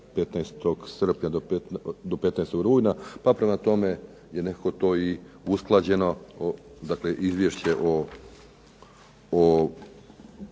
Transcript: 15. srpnja do 15. rujna pa prema tome je nekako to i usklađeno, dakle Izvješće o